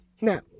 Now